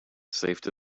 saved